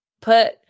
put